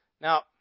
Now